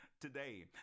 today